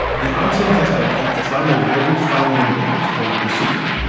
the oxen intestine, it's lined with a very fine membrane. it's called the cecum,